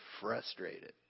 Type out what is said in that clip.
frustrated